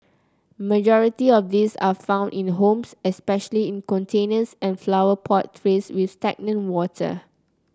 majority of these are found in homes especially in containers and flower pot trays with stagnant water